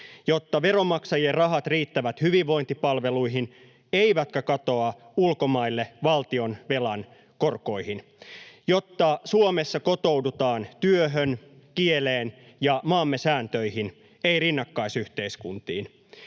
jotta veronmaksajien rahat riittävät hyvinvointipalveluihin eivätkä katoa ulkomaille valtionvelan korkoihin; jotta Suomessa kotoudutaan työhön, kieleen ja maamme sääntöihin, ei rinnakkaisyhteiskuntiin;